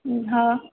हा